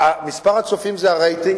מספר הצופים זה הרייטינג.